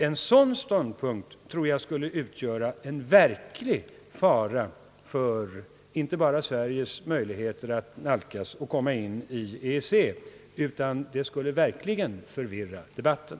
En sådan ståndpunkt tror jag skulle utgöra en verklig fara för Sveriges möjligheter att nalkas och komna in i EEC, och det skulle verkligen förvirra debatten.